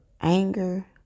anger